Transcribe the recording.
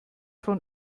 von